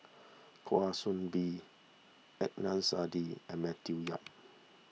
Kwa Soon Bee Adnan Saidi and Matthew Yap